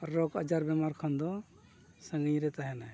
ᱨᱳᱜᱽ ᱟᱡᱟᱨ ᱵᱮᱢᱟᱨ ᱠᱷᱚᱱ ᱫᱚ ᱥᱟᱺᱜᱤᱧ ᱨᱮ ᱛᱟᱦᱮᱱᱟᱭ